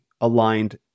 aligned